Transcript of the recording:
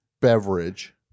beverage